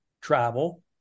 travel